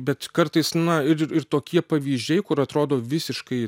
bet kartais na ir ir tokie pavyzdžiai kur atrodo visiškai